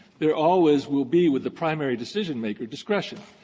there always will, be with the primary decision-maker, discretion.